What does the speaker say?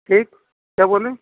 ठीक क्या बोलें